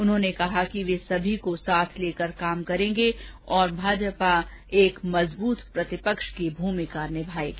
उन्होंने कहा कि वे सभी को साथ लेकर काम करेंगे और भाजपा एक मजबूत प्रतिपक्ष की भूमिका निभायेगी